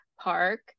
park